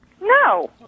No